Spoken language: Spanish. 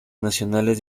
nacionales